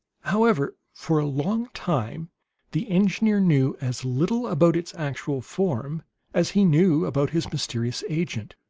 however for a long time the engineer knew as little about its actual form as he knew about his mysterious agent.